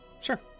Sure